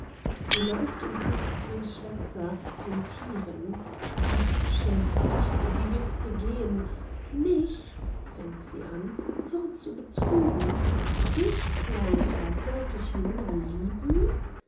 sie läuft und sucht den schwätzer den tiren ach schäfer ach wie wird dirs gehn mich fängt sie an so zu betrügen dich plaudrer sollt ich länger lieben